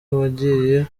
wagiye